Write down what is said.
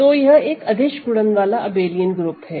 तो यह एक अदिश गुणन वाला अबेलियन ग्रुप है